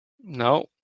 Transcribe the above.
No